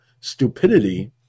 stupidity